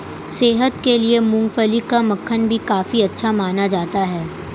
सेहत के लिए मूँगफली का मक्खन भी काफी अच्छा माना जाता है